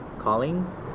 callings